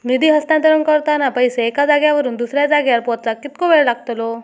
निधी हस्तांतरण करताना पैसे एक्या जाग्यावरून दुसऱ्या जाग्यार पोचाक कितको वेळ लागतलो?